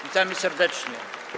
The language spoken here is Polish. Witamy serdecznie.